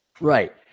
right